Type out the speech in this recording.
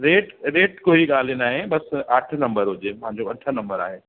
rate rate कोई ॻाल्हि न आहे बसि अठ नम्बर हुजे मुंहिंजो अठ नम्बर आहे